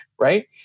Right